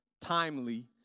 timely